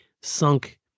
sunk